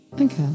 Okay